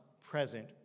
present